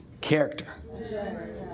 character